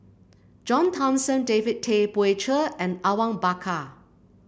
John Thomson David Tay Poey Cher and Awang Bakar